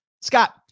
Scott